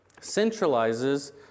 centralizes